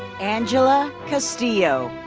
angela castillo.